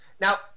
Now